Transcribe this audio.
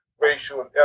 racial